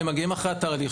אם הם מגיעים אחרי התהליך,